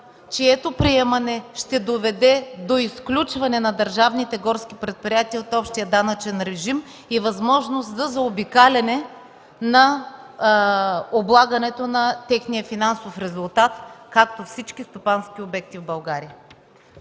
чието приемане ще доведе до изключване на държавните горски предприятия от общия данъчен режим и възможност за заобикаляне на облагането на техния финансов резултат, както всички стопански субекти в България.